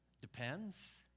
depends